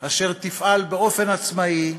אשר תפעל באופן עצמאי,